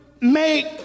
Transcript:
make